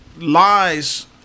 lies